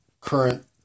current